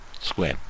Square